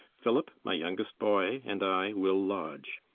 phillip, my youngest boy, and i will lodge.